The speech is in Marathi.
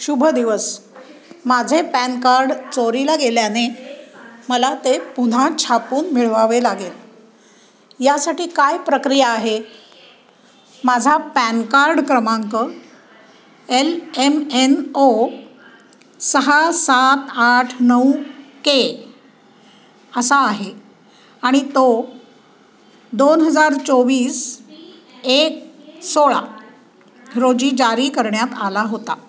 शुभ दिवस माझे पॅन कार्ड चोरीला गेल्याने मला ते पुन्हा छापून मिळवावे लागेल यासाठी काय प्रक्रिया आहे माझा पॅन कार्ड क्रमांक एल एम एन ओ सहा सात आठ नऊ के असा आहे आणि तो दोन हजार चोवीस एक सोळा रोजी जारी करण्यात आला होता